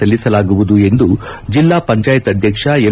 ಸಲ್ಲಿಸಲಾಗುವುದು ಎಂದು ಜಿಲ್ಲಾ ಪಂಚಾಯತ್ ಅಧ್ಯಕ್ಷ ಎಂ